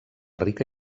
rica